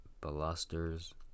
balusters